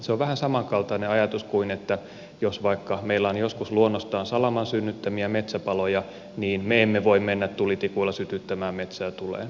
se on vähän samankaltainen ajatus kuin että jos vaikka meillä on joskus luonnostaan salaman synnyttämiä metsäpaloja niin me emme voi mennä tulitikuilla sytyttämään metsää tuleen